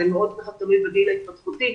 זה מאוד תלוי בגיל ההתפתחותי,